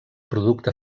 producte